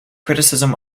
criticism